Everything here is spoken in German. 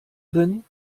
drin